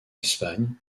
espagne